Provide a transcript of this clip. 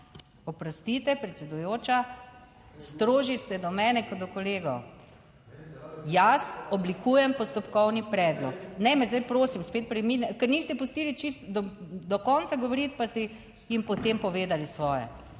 Oprostite predsedujoča, strožji ste do mene kot do kolegov. Jaz oblikujem postopkovni predlog. Ne me zdaj prosim spet..., ker niste pustili čisto do konca govoriti, pa ste jim potem povedali svoje.